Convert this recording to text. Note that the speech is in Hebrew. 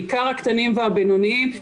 בעיקר הקטנים והבינונים,